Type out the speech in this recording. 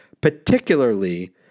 particularly